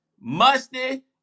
musty